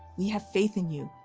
we have faith in you.